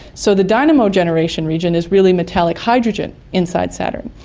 so the dynamo generation region is really metallic hydrogen inside saturn.